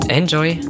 enjoy